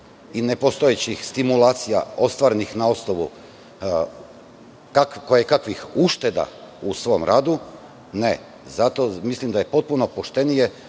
i nepostojećih stimulacija ostvarenih na osnovu kojekakvih ušteda u svom radu, ne, zato mislim da je mnogo poštenije